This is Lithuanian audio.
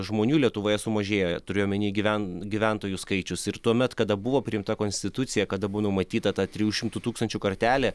žmonių lietuvoje sumažėjo turiu omeny gyven gyventojų skaičius ir tuomet kada buvo priimta konstitucija kada buvo numatyta ta trijų šimtų tūkstančių kartelė